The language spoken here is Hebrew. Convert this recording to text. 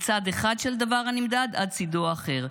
מצד אחד של הדבר הנמדד עד לצידו האחר.